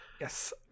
Yes